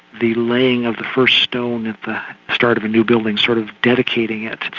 the laying of the first stone at the start of a new building, sort of dedicating it,